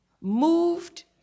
moved